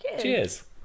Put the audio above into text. Cheers